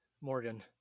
Morgan